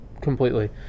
completely